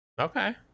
Okay